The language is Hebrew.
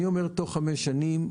אני אומר תוך חמש שנים,